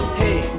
hey